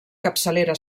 capçalera